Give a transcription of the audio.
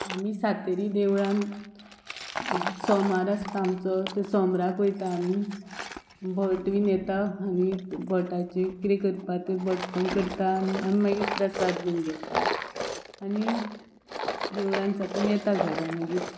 आमी सातेरी देवळान सोमार आसता आमचो ते सोमराक वयता आमी भट बीन येता आमी भटाचेर कितें करपाक ते भटपण करता आनी आमी मागीर प्रसाद बीन घेता आनी देवळान साकून येता घरा मागीर